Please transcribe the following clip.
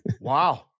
Wow